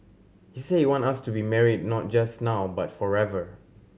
he said he wants us to be married not just now but forever